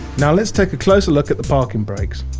now let's take a closer look at the parking brakes.